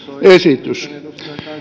esitys